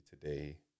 today